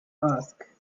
ask